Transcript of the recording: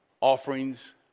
Offerings